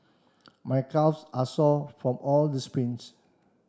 my calves are sore from all the sprints